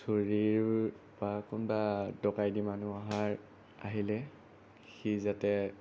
চুৰি বা কোনবা দকাইটি মানুহ অহাৰ আহিলে সি যাতে